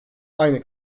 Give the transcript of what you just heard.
aynı